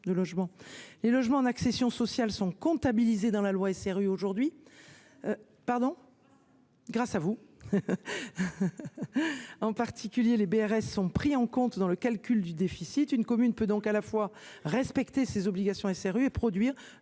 les logements en accession sociale sont comptabilisés dans la loi SRU. Grâce à nous ! Les BRS sont pris en compte dans le calcul du déficit. Une commune peut donc à la fois respecter ses obligations SRU et produire